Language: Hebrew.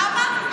למה?